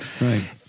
Right